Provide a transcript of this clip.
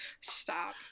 Stop